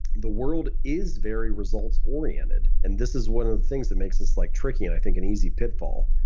the world is very results oriented and this is one of the things that makes us like tricky and i think an easy pitfall.